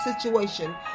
situation